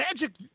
Magic